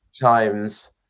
Times